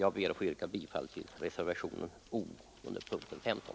Jag ber att få yrka bifall till reservationen O under punkten 15.